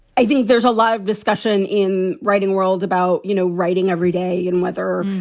i think there's a lot of discussion in writing world about, you know, writing every day and whether